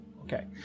okay